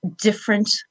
different